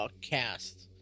cast